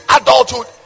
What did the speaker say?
adulthood